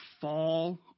fall